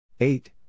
Eight